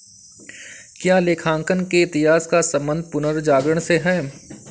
क्या लेखांकन के इतिहास का संबंध पुनर्जागरण से है?